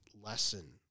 lesson